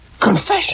Confession